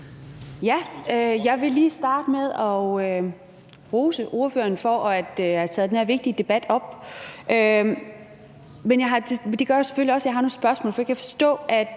Jeg vil lige starte med at rose ordføreren for at have taget den her vigtige debat op. Det gør selvfølgelig også, at jeg har nogle spørgsmål. For jeg kan forstå,